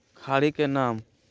खड़ी के नाम?